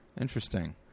Interesting